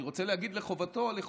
אני רוצה להגיד לחובתו, לחובתי,